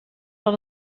dat